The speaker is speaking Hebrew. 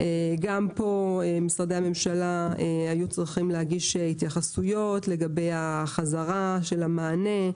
גם פה משרדי הממשלה היו צריכים להגיש התייחסויות לגבי חזרת המענה.